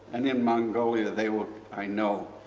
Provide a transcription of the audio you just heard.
and in mongolia they will, i know,